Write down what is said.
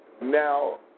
now